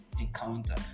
encounter